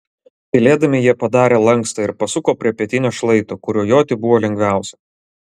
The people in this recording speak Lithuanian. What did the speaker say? tylėdami jie padarė lankstą ir pasuko prie pietinio šlaito kuriuo joti buvo lengviausia